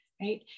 Right